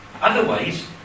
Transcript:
Otherwise